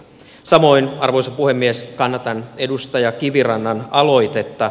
samoin arvoisa puhemies kannatan edustaja kivirannan aloitetta